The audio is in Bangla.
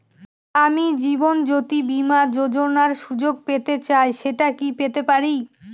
আমি জীবনয্যোতি বীমা যোযোনার সুযোগ পেতে চাই সেটা কি পেতে পারি?